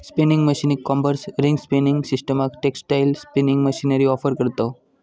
spinning मशीनीक combers, ring spinning सिस्टमाक textile spinning machinery offer करतव